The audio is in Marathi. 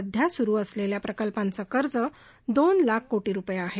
सध्या सुरु असलेल्या प्रकल्पांचं कर्ज दोन लाख कोटी रुपये आहे